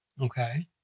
Okay